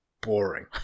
boring